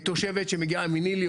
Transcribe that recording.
תושבת שמגיעה מניל"י,